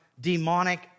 demonic